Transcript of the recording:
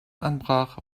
anbrach